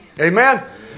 Amen